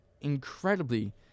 incredibly